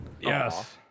Yes